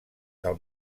del